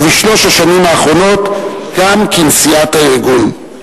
ובשלוש השנים האחרונות גם לנשיאת הארגון.